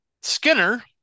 Skinner